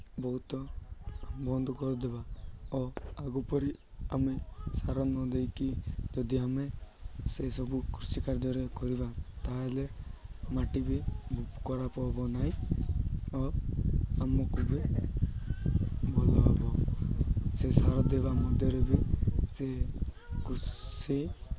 ବହୁତ ବନ୍ଦ କରିଦେବା ଓ ଆଗ ପରି ଆମେ ସାର ନଦେଇକି ଯଦି ଆମେ ସେସବୁ କୃଷି କାର୍ଯ୍ୟରେ କରିବା ତା'ହେଲେ ମାଟି ବି ଖରାପ ହେବ ନାହିଁ ଓ ଆମକୁୁ ବି ଭଲ ହେବ ସେ ସାର ଦେବା ମଧ୍ୟରେ ବି ସେ କୃଷି